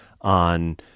on